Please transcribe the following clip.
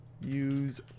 Use